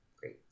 great